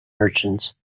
merchants